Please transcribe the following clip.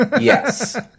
Yes